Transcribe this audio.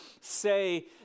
say